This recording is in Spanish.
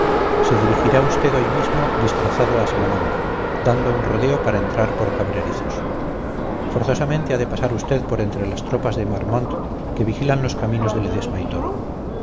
se dirigirá usted hoy mismo disfrazado a salamanca dando un rodeo para entrar por cabrerizos forzosamente ha de pasar usted por entre las tropas de marmont que vigilan los caminos de ledesma y toro